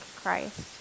Christ